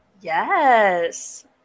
Yes